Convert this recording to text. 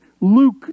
Luke